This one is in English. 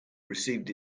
received